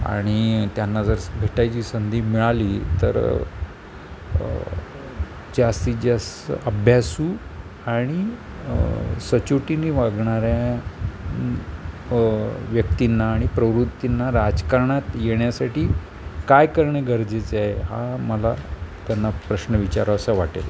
आणि त्यांना जर स भेटायची संधी मिळाली तर जास्तीत जास्त अभ्यासू आणि सचोटीने वागणाऱ्या व्यक्तींना आणि प्रवृत्तींना राजकारणात येण्यासाठी काय करणं गरजेचंय हा मला त्यांना प्रश्न विचारावासा वाटेल